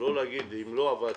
לא להגיד שאם לא עבד